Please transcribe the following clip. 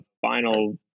final